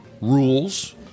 rules